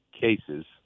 cases